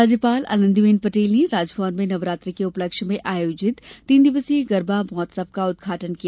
राज्यपाल आनंदीबेन पटेल ने राजभवन में नवरात्रि के उपलक्ष्य में आयोजित तीन दिवसीय गरबा महोत्सव का उद्घाटन किया